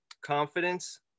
Confidence